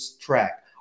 track